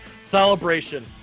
Celebration